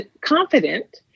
confident